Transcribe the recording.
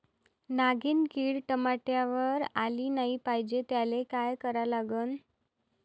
नागिन किड टमाट्यावर आली नाही पाहिजे त्याले काय करा लागन?